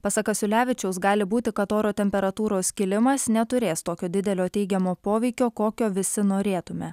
pasak kasiulevičiaus gali būti kad oro temperatūros kilimas neturės tokio didelio teigiamo poveikio kokio visi norėtume